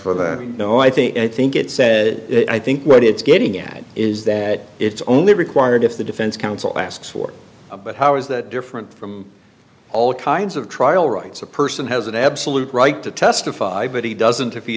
that no i think i think it says i think what it's getting at is that it's only required if the defense counsel asks for a but how is that different from all kinds of trial rights a person has an absolute right to testify but he doesn't if he